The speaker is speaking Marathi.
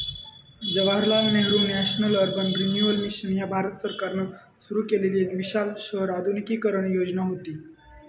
Jawaharlal Nehru national urban renewal mission ह्या भारत सरकारान सुरू केलेली एक विशाल शहर आधुनिकीकरण योजना व्हती